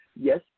Yes